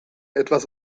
etwas